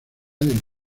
del